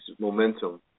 momentum